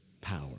power